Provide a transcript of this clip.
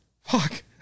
fuck